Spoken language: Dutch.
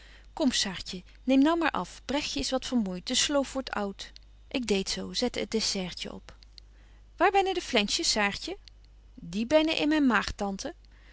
kom saartje neem nou maar af bregtje is wat vermoeit de sloof wordt oud ik deed zo zette het dessertje op waar bennen de flensjes saartje die bennen in myn maag tante